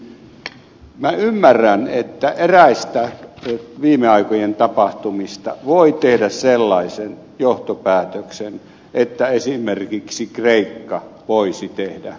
ensinnäkin minä ymmärrän että eräistä viime aikojen tapahtumista voi tehdä sellaisen johtopäätöksen että esimerkiksi kreikka voisi tehdä konkurssin